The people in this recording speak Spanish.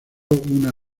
una